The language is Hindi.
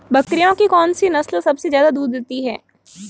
बकरियों की कौन सी नस्ल सबसे ज्यादा दूध देती है?